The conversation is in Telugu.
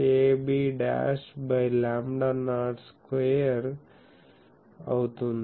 25 ab by lambda naught square అవుతుంది